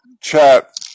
chat